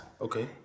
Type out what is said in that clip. Okay